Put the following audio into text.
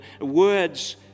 words